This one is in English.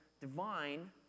divine